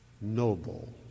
Noble